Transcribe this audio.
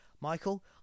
michael